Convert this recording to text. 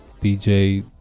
dj